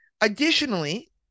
Additionally